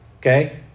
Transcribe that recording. okay